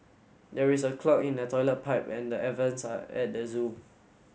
there is a clog in the toilet pipe and the air vents are at the zoo